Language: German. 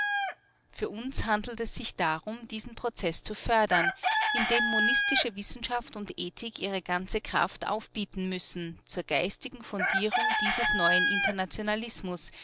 für uns handelt es sich darum diesen prozeß zu fördern indem monistische wissenschaft und ethik ihre ganze kraft aufbieten müssen zur geistigen fundierung dieses neuen internationalismus